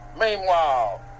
Meanwhile